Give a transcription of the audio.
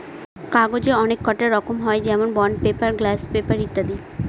কাগজের অনেককটা রকম হয় যেমন বন্ড পেপার, গ্লাস পেপার ইত্যাদি